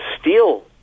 steal